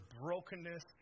brokenness